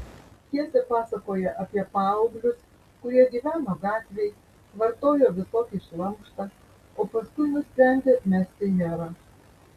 pjesė pasakoja apie paauglius kurie gyveno gatvėj vartojo visokį šlamštą o paskui nusprendė mesti herą